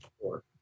Four